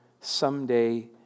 someday